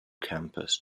campus